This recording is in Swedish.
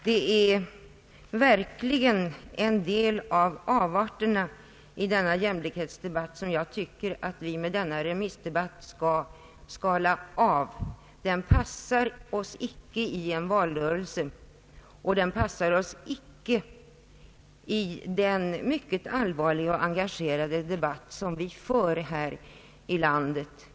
Det är verkligen en del av avarterna i denna jämlikhetsdebatt som jag tycker att vi med denna remissdebatt bör skala bort. Den passar oss inte i en valrörelse, och den passar oss inte i den mycket allvarliga och engagerade debatt som vi för här i landet.